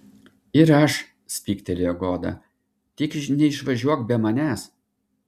ir aš spygtelėjo goda tik neišvažiuok be manęs